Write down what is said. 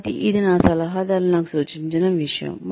కాబట్టి ఇది నా సలహాదారులు నాకు సూచించిన విషయం